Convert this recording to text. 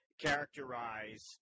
characterize